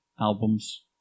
Albums